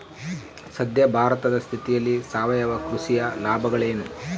ಸದ್ಯ ಭಾರತದ ಸ್ಥಿತಿಯಲ್ಲಿ ಸಾವಯವ ಕೃಷಿಯ ಲಾಭಗಳೇನು?